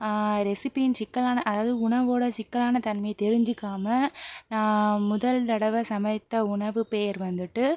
ரெசிப்பியின் சிக்கலான அதாவது உணவோடய சிக்கலான தன்மை தெரிஞ்சிக்காமல் நான் முதல் தடவை சமைத்த உணவு பேயர் வந்துட்டு